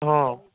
অঁ